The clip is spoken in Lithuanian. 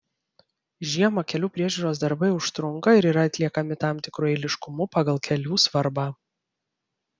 žiemą kelių priežiūros darbai užtrunka ir yra atliekami tam tikru eiliškumu pagal kelių svarbą